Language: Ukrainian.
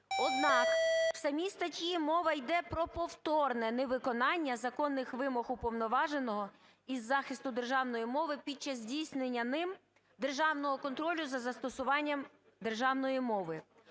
Однак, в самій статті мова йде про повторне невиконання законних вимог Уповноваженого із захисту державної мови під час здійснення ним державного контролю за застосуванням державної мови.